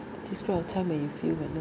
describe a time when you feel when